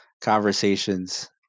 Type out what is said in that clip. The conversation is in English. conversations